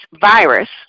virus